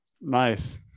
Nice